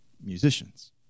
musicians